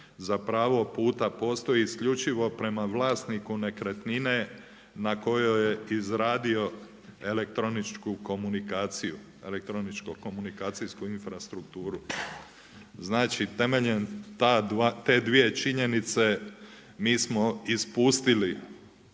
za pravog puta, postoji isključivo prema vlasniku nekretnine na kojoj je izradio elektroničku komunikacijsku infrastrukturu. Znači temeljem te dvije činjenice mi smo ispustili,